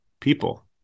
people